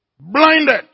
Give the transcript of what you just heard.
blinded